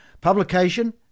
Publication